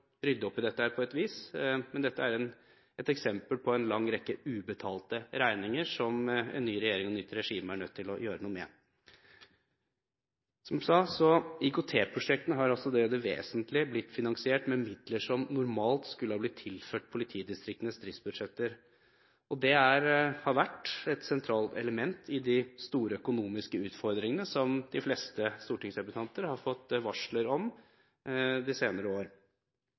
rydde opp i dette på et vis. Men dette er et eksempel på en lang rekke ubetalte regninger som en ny regjering og et nytt regime er nødt til å gjøre noe med. IKT-prosjektene har vesentlig blitt finansiert med midler som normalt skulle ha blitt tilført politidistriktenes driftsbudsjetter. Det har vært et sentralt element i de store økonomiske utfordringene som de fleste stortingsrepresentanter har fått varsler om de senere år.